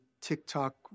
TikTok